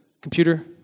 computer